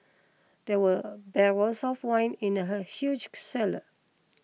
there were barrels of wine in the huge cellar